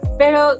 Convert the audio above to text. pero